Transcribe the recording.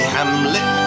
Hamlet